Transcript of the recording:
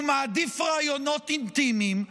הוא מעדיף ראיונות אינטימיים,